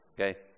okay